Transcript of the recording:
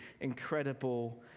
incredible